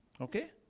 Okay